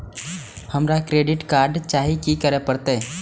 हमरा credit card चाही की करे परतै?